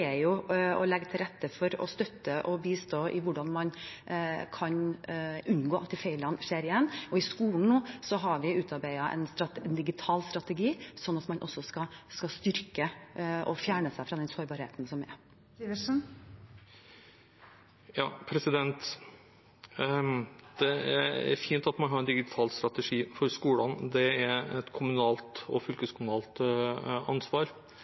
å legge til rette for og støtte og bistå i hvordan man kan unngå at feilene skjer igjen. I skolen har vi nå utarbeidet en digital strategi, sånn at man skal få en styrking og fjerne seg fra den sårbarheten som er. Det er fint at man har en digital strategi for skolene, det er et kommunalt og fylkeskommunalt ansvar.